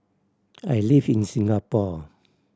I live in Singapore